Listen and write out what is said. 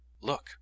Look